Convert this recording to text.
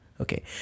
Okay